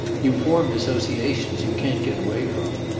you've formed associations you can't get away from.